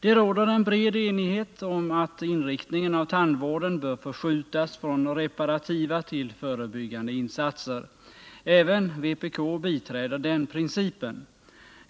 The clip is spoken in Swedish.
Det råder en bred enighet om att inriktningen av tandvården bör förskjutas från reparativa till förebyggande insatser. Även vpk biträder den principen.